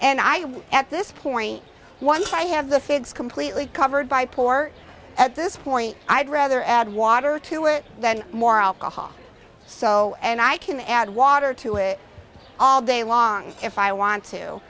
have at this point once i have the food's completely covered by por at this point i'd rather add water to it than more alcohol so and i can add water to it all day long if i want